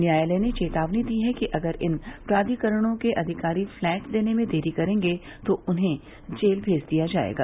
न्यायालय ने चेतावनी दी है कि अगर इन प्राधिकरणों के अधिकारी फ्लैट देने में देरी करेंगे तो उन्हें जेल मेज दिया जाएगा